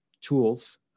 tools